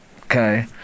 okay